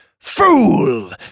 Fool